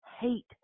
hate